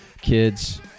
Kids